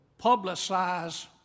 publicize